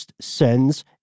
sends